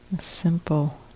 Simple